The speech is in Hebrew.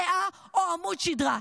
דעה או עמוד שדרה,